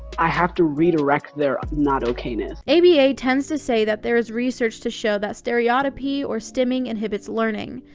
i have to redirect their not okayness. aba tends to say that there is research to show that stereotopy or stimming inhibits learning.